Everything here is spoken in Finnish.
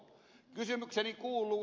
kysymykseni kuuluu